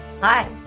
Hi